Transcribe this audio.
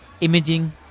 Imaging